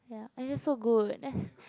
ya I just so good that's